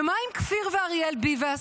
ומה עם כפיר ואריאל ביבס?